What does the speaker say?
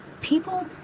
people